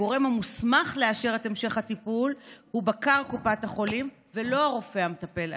הגורם המוסמך לאשר את המשך הטיפול הוא בקר קופת החולים ולא הרופא המטפל.